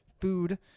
food